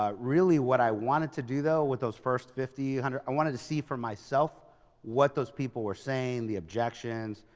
ah really what i wanted to do, though, with those first fifty, one hundred. i wanted to see for myself what those people were saying, the objections.